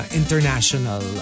international